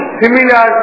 similar